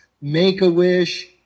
Make-A-Wish